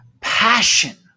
passion